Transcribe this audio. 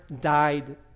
died